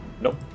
nope